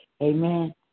amen